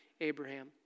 Abraham